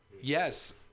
Yes